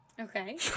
Okay